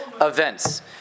events